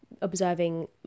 observing